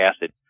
acid